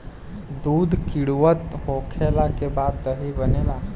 दूध किण्वित होखला के बाद दही बनेला